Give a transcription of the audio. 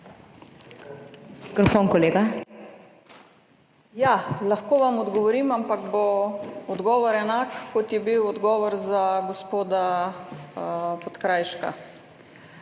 infrastrukturo):** Ja, lahko vam odgovorim, ampak bo odgovor enak, kot je bil odgovor za gospoda Podkrajška.